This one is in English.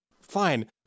fine